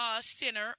Center